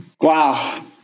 Wow